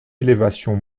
élévation